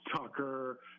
Tucker